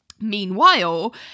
Meanwhile